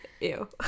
Ew